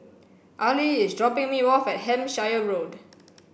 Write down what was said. Ali is dropping me off at Hampshire Road